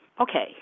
okay